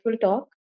talk